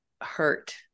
hurt